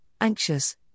anxious